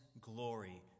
glory